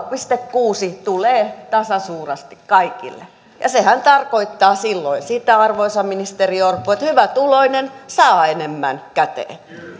pilkku kuusi tulee tasasuuresti kaikille ja sehän tarkoittaa silloin sitä arvoisa ministeri orpo että hyvätuloinen saa enemmän käteen